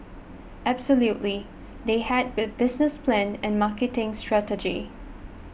absolutely they had the business plan and marketing strategy